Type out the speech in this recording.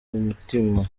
mutima